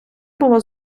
було